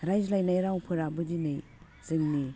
रायज्लायनाय रावफोराबो दिनै जोंनि